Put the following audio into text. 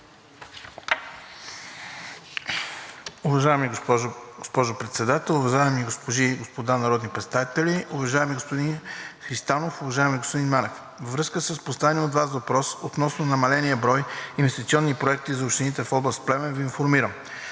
Уважаема госпожо Председател, уважаеми госпожи и господа народни представители! Уважаеми господин Христанов, уважаеми господин Манев, във връзка с поставения от Вас въпрос относно намаления брой инвестиционни проекти за общините в област Плевен Ви информирам: